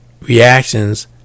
reactions